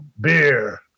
beer